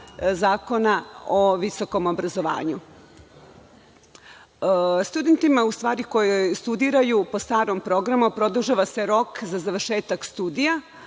Zakona o visokom obrazovanju. Studentima, koji studiraju po starom programu, produžava se rok za završetak studija,